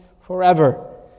forever